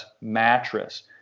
mattress